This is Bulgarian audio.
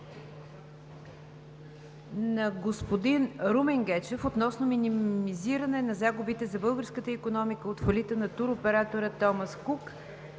от господин Румен Гечев относно минимизиране на загубите за българската икономика от фалита на туроператора „Томас Кук“.